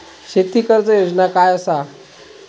शेती कर्ज योजना काय असा?